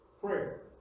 Prayer